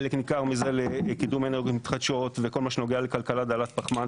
חלק ניכר מזה לקידום אנרגיות מתחדשות וכל מה שנוגע לכלכלה דלת פחמן,